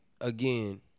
again